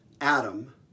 Adam